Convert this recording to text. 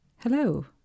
Hello